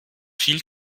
viel